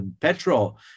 petrol